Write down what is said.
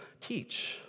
teach